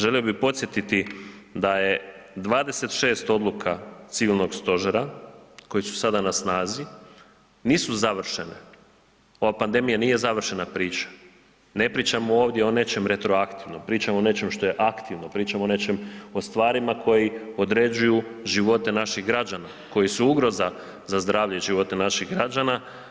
Želio bih podsjetiti da je 26 odluka civilnog stožera koje su sada na snazi nisu završene, ova pandemija nije završena priča, ne pričamo ovdje o nečem retroaktivnom, pričamo o nečem što je aktivno, pričamo o stvarima koje određuju živote naših građana koji su ugroza za zdravlje i živote naših građana.